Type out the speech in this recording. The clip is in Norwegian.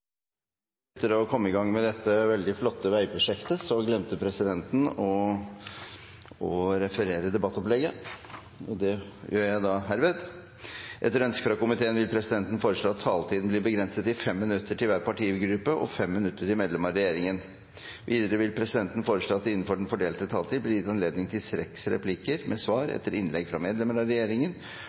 Etter ønske fra transport- og kommunikasjonskomiteen vil presidenten foreslå at taletiden blir begrenset til 5 minutter til hver partigruppe og 5 minutter til medlem av regjeringen. Videre vil presidenten foreslå at det blir gitt anledning til seks replikker med svar etter innlegg fra medlem av regjeringen,